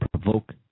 provoke